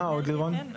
מה עוד, לירון?